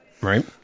right